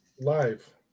live